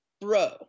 bro